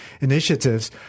initiatives